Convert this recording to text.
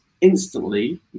instantly